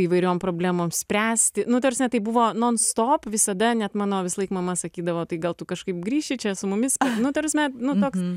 įvairiom problemom spręsti nu buvo stop visada net mano visąlaik mama sakydavo tai gal tu kažkaip grįši čia su mumis nu ta prasme nu toks